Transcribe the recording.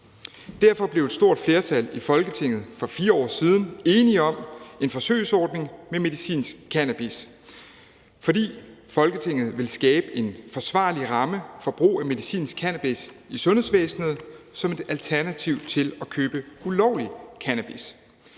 Derfor blev et stort flertal i Folketinget for 4 år siden enige om en forsøgsordning med medicinsk cannabis, fordi Folketinget ville skabe en forsvarlig ramme for brug af medicinsk cannabis i sundhedsvæsenet som et alternativ til at købe ulovlig cannabis.